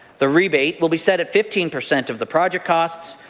the rebate will be set at fifteen percent of the project costs,